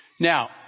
Now